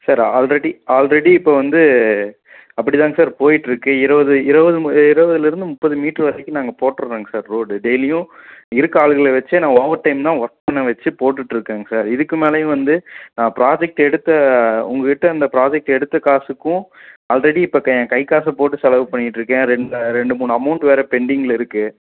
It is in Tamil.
சார் ஆல்ரெடி ஆல்ரெடி இப்போ வந்து அப்படி தாங் சார் போயிட்டிருக்கு இருவது இருவது ம எ இருவதுலருந்து முப்பது மீட்ரு வரைக்கும் நாங்கள் போட்ருகோங்க சார் ரோடு டெய்லியும் இருக்கற ஆளுகளை வெச்சே நான் ஓவர்டைம் தான் ஒர்க் பண்ண வெச்சு போட்டுட்ருக்கேங்க சார் இதுக்கு மேலையும் வந்து நான் ப்ராஜெக்ட் எடுத்த உங்கள்கிட்ட அந்த ப்ராஜெக்ட் எடுத்த காசுக்கும் ஆல்ரெடி இப்போ க என் கை காசை போட்டு செலவு பண்ணிட்டிருக்கேன் ரெண்டா ரெண்டு மூணு அமௌண்ட் வேறு பெண்டிங்கில் இருக்குது